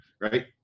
right